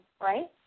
right